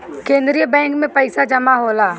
केंद्रीय बैंक में पइसा जमा होला